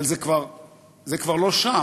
אבל זה כבר לא שם.